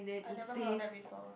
I've never heard of that before